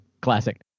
classic